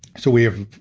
so we have,